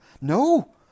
No